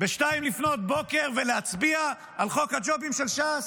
ב-2:00 ולהצביע על חוק הג'ובים של ש"ס?